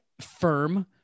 firm